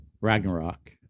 Ragnarok